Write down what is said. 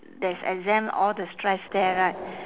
there's exam all the stress there right